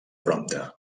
prompte